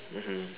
mmhmm